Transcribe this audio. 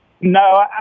No